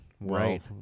Right